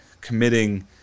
committing